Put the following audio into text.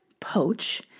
poach